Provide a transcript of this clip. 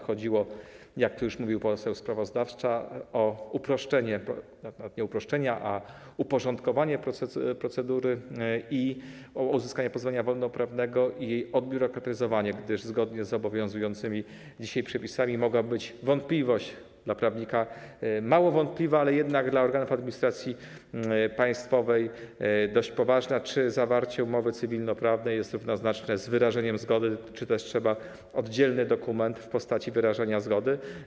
Chodziło, jak tu już mówił poseł sprawozdawca, o uproszczenie czy nawet nie uproszczenie, ale uporządkowanie procedury, o uzyskanie pozwolenia wodnoprawnego i odbiurokratyzowanie, gdyż zgodnie z obowiązującymi dzisiaj przepisami mogłaby być dla prawnika wątpliwość, drobna, ale jednak dla organów administracji państwowej dość poważna, czy zawarcie umowy cywilnoprawnej jest równoznaczne z wyrażeniem zgody, czy też potrzebny jest oddzielny dokument w postaci wyrażenia zgody.